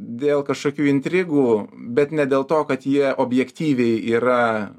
dėl kažkokių intrigų bet ne dėl to kad jie objektyviai yra